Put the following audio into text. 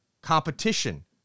competition